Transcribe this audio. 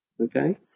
okay